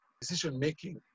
decision-making